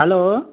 hello